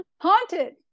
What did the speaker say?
haunted